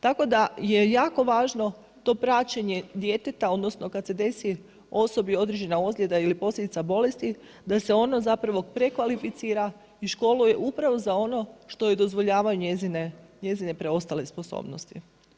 Tako da je jako važno to praćenje djeteta, odnosno kad se desi osobi određena ozljeda ili posljedica bolesti, da se ono zapravo prekvalificira i školuje upravo za ono što joj dozvoljavaju njezine preostale sposobnosti.